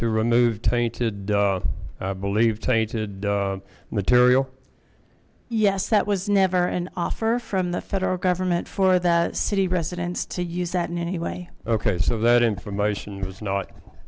to remove tainted believed tainted material yes that was never an offer from the federal government for the city residents to use that in any way okay so that information was not